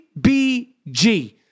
BG